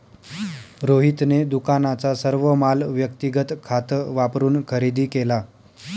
रोहितने दुकानाचा सर्व माल व्यक्तिगत खात वापरून खरेदी केला